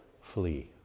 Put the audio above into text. flee